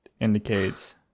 indicates